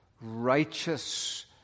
righteous